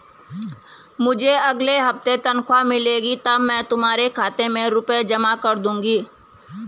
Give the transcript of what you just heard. मुझे अगले हफ्ते तनख्वाह मिलेगी तब मैं तुम्हारे खाते में रुपए जमा कर दूंगा